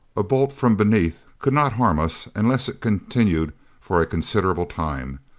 a bolt from beneath could not harm us unless it continued for a considerable time.